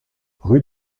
rue